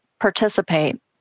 participate